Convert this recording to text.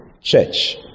church